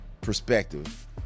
perspective